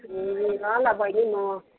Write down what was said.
ए ल ल बहिनी म